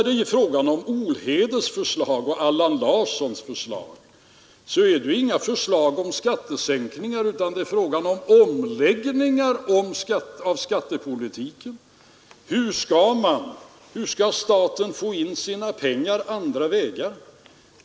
Herr Olhedes och Allan Larssons förslag gäller inte skattesänkningar, utan det är fråga om en omläggning av skattepolitiken. Det är fråga om hur staten skall få in sina pengar andra vägar.